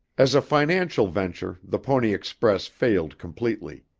as a financial venture the pony express failed completely.